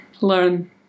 learn